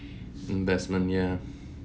investment ya